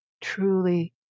Truly